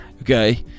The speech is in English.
okay